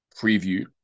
preview